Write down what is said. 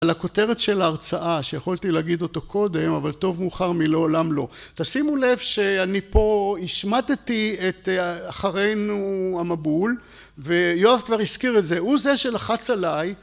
על הכותרת של ההרצאה שיכולתי להגיד אותו קודם אבל טוב מאוחר מלא עולם לא תשימו לב שאני פה השמטתי את אחרינו המבול ויואב כבר הזכיר את זה הוא זה שלחץ עליי...